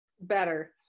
Better